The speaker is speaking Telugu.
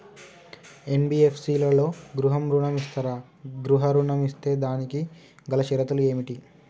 ఎన్.బి.ఎఫ్.సి లలో గృహ ఋణం ఇస్తరా? గృహ ఋణం ఇస్తే దానికి గల షరతులు ఏమిటి?